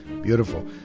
Beautiful